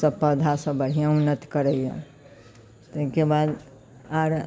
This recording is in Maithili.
तऽ पौधासब बढ़िआँ उन्नति करैए ताहिके बाद आओर